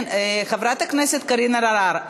חברת הכנסת קרין אלהרר,